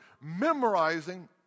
memorizing